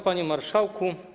Panie Marszałku!